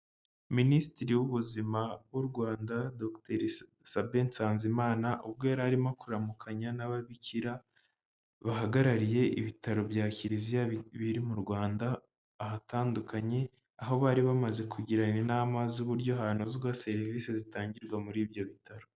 Minisitiri w'ubuzima w'u Rwanda Dogiteri Sabe Nsanzimana, ubwo yarimo kuramukanya n'ababikira bahagarariye ibitaro bya kiriziya biri mu Rwanda ahatandukanye, aho bari bamaze kugirana inama z'uburyo banozwa serivisi zitangirwa muri ibyo bitaro.